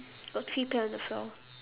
got three pear on the floor